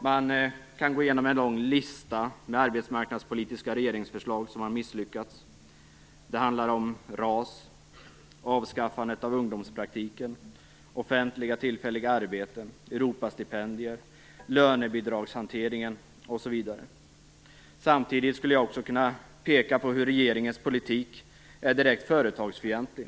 Man kan gå igenom en lång lista med arbetsmarknadspolitiska regeringsförslag som har misslyckats. Det handlar om RAS, avskaffandet av ungdomspraktiken, offentliga tillfälliga arbeten, Europastipendier, lönebidragshanteringen osv. Samtidigt skulle jag också kunna peka på hur regeringens politik är direkt företagsfientlig.